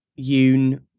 Yoon